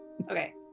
Okay